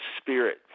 spirit